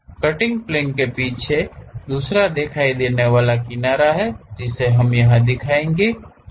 cutting plane के पीछे दूसरा दिखाई देने वाला किनारा है जिसे हम दिखाएंगे